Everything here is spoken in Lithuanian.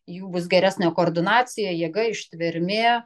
jų bus geresnė koordinacija jėga ištvermė